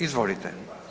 Izvolite.